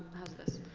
how's this.